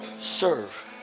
serve